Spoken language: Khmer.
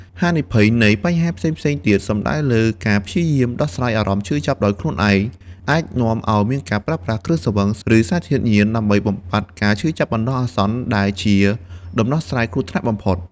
ហានិភ័យនៃបញ្ហាផ្សេងៗទៀត សំដៅលើការព្យាយាមដោះស្រាយអារម្មណ៍ឈឺចាប់ដោយខ្លួនឯង អាចនាំឱ្យមានការប្រើប្រាស់គ្រឿងស្រវឹង ឬសារធាតុញៀន ដើម្បីបំបាត់ការឈឺចាប់បណ្តោះអាសន្ន ដែលជាដំណោះស្រាយគ្រោះថ្នាក់ បំផុត។